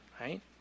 Right